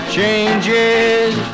changes